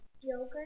Yogurt